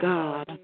God